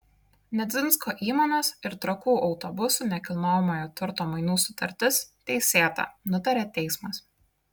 nedzinsko įmonės ir trakų autobusų nekilnojamojo turto mainų sutartis teisėta nutarė teismas